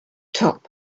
top